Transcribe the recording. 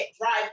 drive